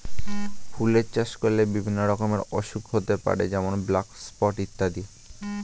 ফুলের চাষ করলে বিভিন্ন রকমের অসুখ হতে পারে যেমন ব্ল্যাক স্পট ইত্যাদি